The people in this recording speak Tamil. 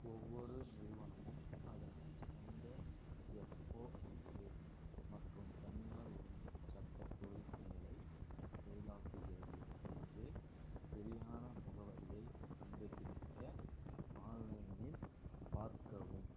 ஒவ்வொரு நிறுவனமும் அதன் சொந்த எஃப்ஓஐஏ மற்றும் தனியுரிமைச் சட்டக் கோரிக்கைகளைச் செயலாக்குகிறது எனவே சரியான முகவரியைக் கண்டுபிடிக்க ஆன்லைனில் பார்க்கவும்